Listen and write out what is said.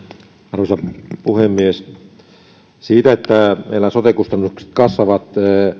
arvoisa puhemies siitä että meillä sote kustannukset kasvavat